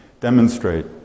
demonstrate